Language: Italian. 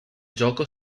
gioco